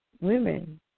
Women